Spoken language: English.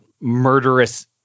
murderous